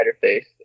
face